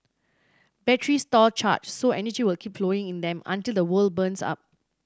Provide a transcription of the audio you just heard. batteries store charge so energy will keep flowing in them until the whole burns up